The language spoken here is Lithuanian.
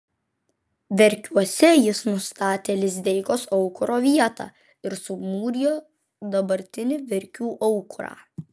verkiuose jis nustatė lizdeikos aukuro vietą ir sumūrijo dabartinį verkių aukurą